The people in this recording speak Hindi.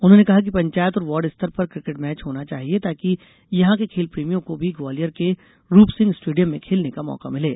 उन्होंने कहा कि पंचायत और वार्ड स्तर पर किकेट मैच होना चाहिये ताकि यहां के खेल प्रेमियों को भी ग्वालियर के रूपसिंह स्टेडियम में खेलने का मौका मिले